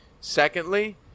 secondly